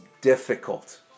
difficult